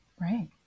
Right